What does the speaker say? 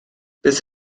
beth